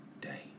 day